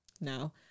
No